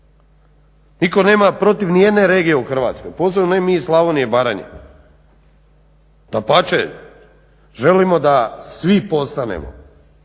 nitko nema protiv nijedne regije u Hrvatskoj posebno mi iz Slavonije i Baranje. Želimo da svi da postanemo